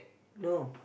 no